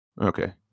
Okay